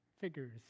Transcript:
figures